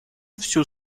всю